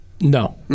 No